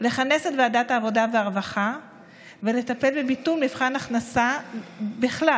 לכנס את ועדת העבודה והרווחה ולטפל בביטול מבחן הכנסה בכלל,